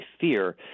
fear